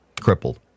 crippled